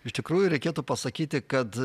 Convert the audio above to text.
iš tikrųjų reikėtų pasakyti kad